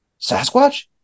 Sasquatch